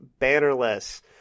Bannerless